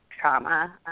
trauma